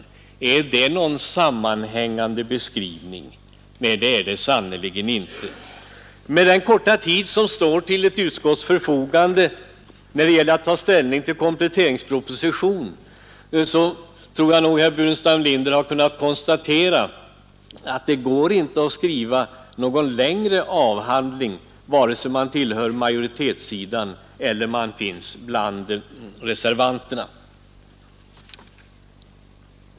Ger den någon sammanhängande beskrivning? Nej, sannerligen inte! Med tanke på den korta tid som står till utskottets förfogande när det gäller att ta ställning till kompletteringspropositionen tror jag att herr Burenstam Linder har kunnat konstatera att det inte går att skriva någon längre ekonomisk avhandling, vare sig man tillhör majoritetssidan eller finns bland reservanterna.